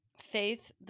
Faith